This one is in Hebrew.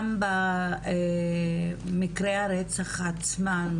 גם במקרי הרצח עצמם,